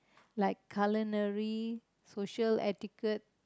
like culinary social etiquette